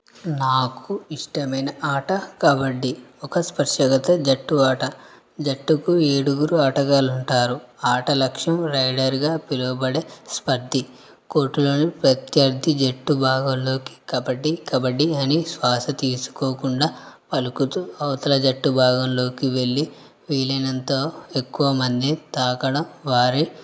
నాకు ఇష్టమైన ఆట కబడ్డీ ఒక స్పర్శగత జట్టు ఆట జట్టుకు ఏడుగురు ఆటగాళ్ళు ఉంటారు ఆట లక్ష్యం రైడర్గా పిలువబడే స్పర్ధి కోర్టులోని ప్రత్యర్థి జట్టు భాగంలోకి కబడ్డీ కబడ్డీ అని శ్వాస తీసుకోకుండా పలుకుతూ అవతల జట్టు భాగంలోకి వెళ్ళి వీలైనంత ఎక్కువమంది తాకడం వారి